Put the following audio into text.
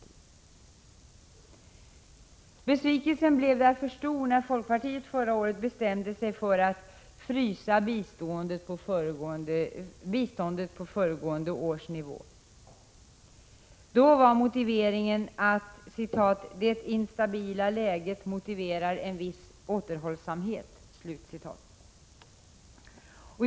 Min besvikelse blev därför stor när folkpartiet förra året bestämde sig för att frysa biståndet på föregående års nivå. Då var motivet att ”det instabila läget motiverar en viss återhållsamhet”.